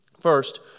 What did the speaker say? First